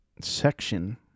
section